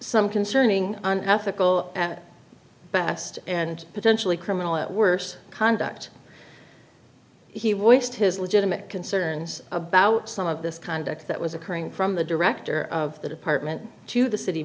some concerning an ethical at best and potentially criminal at worst conduct he watched his legitimate concerns about some of this conduct that was occurring from the director of the department to the city